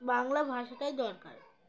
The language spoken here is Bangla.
বাংলা ভাষাটাই দরকার